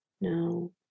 no